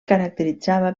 caracteritzava